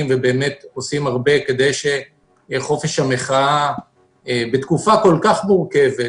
ובאמת עושים הרבה כדי שחופש המחאה בתקופה כל כך מורכבת